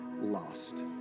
lost